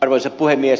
arvoisa puhemies